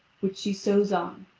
which she sews on,